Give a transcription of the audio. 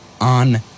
on